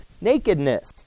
nakedness